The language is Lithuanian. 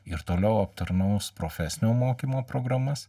ir toliau aptarnaus profesinio mokymo programas